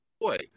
boy